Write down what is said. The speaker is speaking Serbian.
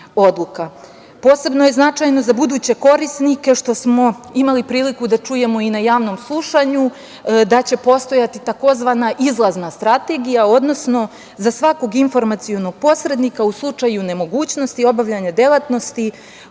Posebno je značajno za buduće korisnike, što smo imali priliku da čujemo i na javnom slušanju, da će postojati takozvana izlazna strategija, odnosno za svakog informacionog posrednika u slučaju nemogućnosti obavljanja delatnosti